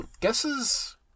guesses